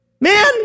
Man